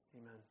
Amen